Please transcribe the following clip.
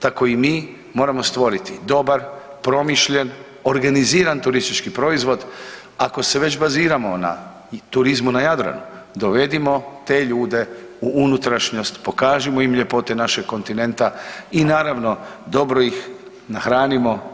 Tako i mi moramo stvoriti dobar, promišljen, organiziran turistički proizvod ako se već baziramo na turizmu na Jadranu dovedimo te ljude u unutrašnjost, pokažimo im ljepote našeg kontinenta i naravno dobro ih nahranimo.